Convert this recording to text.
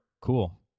cool